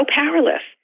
powerless